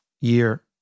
year